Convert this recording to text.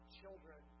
children